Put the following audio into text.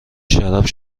شراب